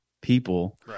people